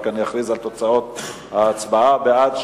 אני רק אכריז על תוצאות ההצבעה: בעד,